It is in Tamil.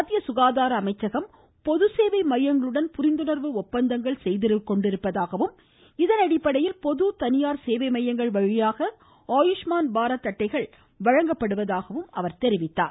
மத்திய சுகாதார அமைச்சகம் பொது சேவை மையங்களுடன் புரிந்துணர்வு ஒப்பந்தத்தில் ஈடுபட்டுள்ளதாகவும் இதன் அடிப்படையில் பொது தனியார் சேவை மையங்கள் வழியாக அ ஆயுஷ்மான் பாரத் அட்டைகள் வழங்கப்பட்டு வருவதாகவும் அவர் தெரிவித்தார்